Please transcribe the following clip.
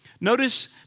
Notice